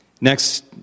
Next